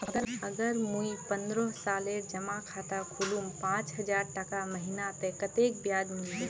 अगर मुई पन्द्रोह सालेर जमा खाता खोलूम पाँच हजारटका महीना ते कतेक ब्याज मिलबे?